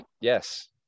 yes